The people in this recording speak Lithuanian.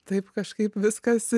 taip kažkaip viskas